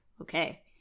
okay